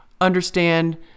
understand